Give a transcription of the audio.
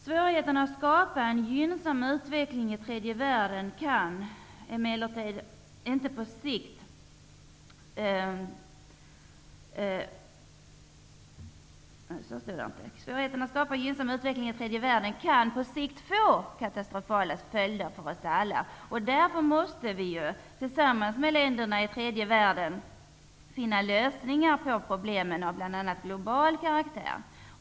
Svårigheterna att skapa en gynnsam utveckling i tredje världen kan på sikt få katastrofala följder för oss alla. Vi måste därför tillsammans med länderna i tredje världen finna lösningar på många problem av bl.a. global karaktär.